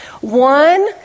One